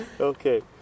Okay